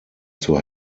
zur